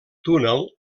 túnel